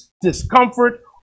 discomfort